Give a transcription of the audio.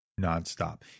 nonstop